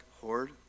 horde